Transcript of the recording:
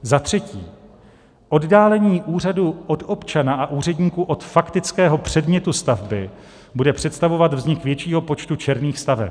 Za třetí, oddálení úřadů od občana a úředníků od faktického předmětu stavby bude představovat vznik většího počtu černých staveb.